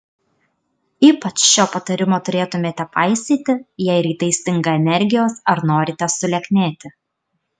ypač šio patarimo turėtumėte paisyti jei rytais stinga energijos ar norite sulieknėti